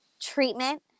treatment